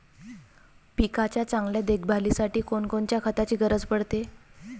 पिकाच्या चांगल्या देखभालीसाठी कोनकोनच्या खताची गरज पडते?